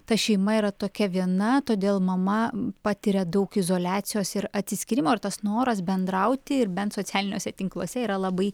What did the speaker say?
ta šeima yra tokia viena todėl mama patiria daug izoliacijos ir atsiskyrimo ir tas noras bendrauti ir bent socialiniuose tinkluose yra labai